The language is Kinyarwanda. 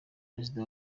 perezida